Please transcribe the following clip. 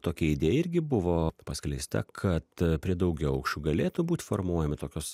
tokia idėja irgi buvo paskleista kad prie daugiaaukščių galėtų būt formuojami tokios